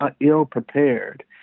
ill-prepared